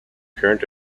current